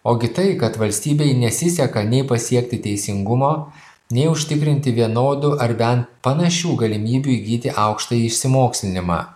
ogi tai kad valstybei nesiseka nei pasiekti teisingumo nei užtikrinti vienodų ar ben panašių galimybių įgyti aukštąjį išsimokslinimą